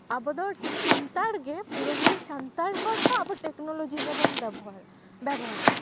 ᱟᱵᱚ ᱫᱚ ᱥᱟᱱᱛᱟᱲ ᱜᱮ ᱯᱩᱨᱟᱹᱯᱩᱨᱤ ᱥᱟᱱᱛᱟᱲ ᱦᱚᱲ ᱦᱚᱸ ᱴᱮᱠᱱᱚᱞᱚᱡᱤ ᱜᱮ ᱵᱚᱱ ᱵᱮᱵᱚᱦᱟᱨ ᱵᱮᱵᱚᱦᱟᱨᱟ